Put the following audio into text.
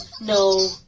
No